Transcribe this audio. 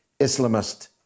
Islamist